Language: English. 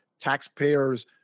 taxpayers